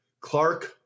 Clark